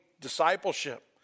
discipleship